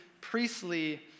priestly